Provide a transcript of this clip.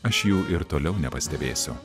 aš jų ir toliau nepastebėsiu